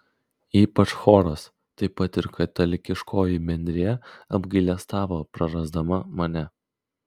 ypač choras taip pat ir katalikiškoji bendrija apgailestavo prarasdama mane